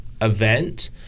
event